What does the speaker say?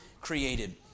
created